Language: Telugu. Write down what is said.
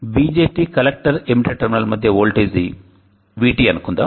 BJT కలెక్టర్ ఎమిటర్ టెర్మినల్ మధ్య ఓల్టేజీ VT అనుకుందాం